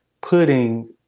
putting